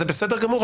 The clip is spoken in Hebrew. זה בסדר גמור,